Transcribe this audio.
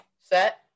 Set